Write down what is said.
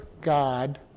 God